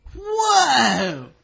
Whoa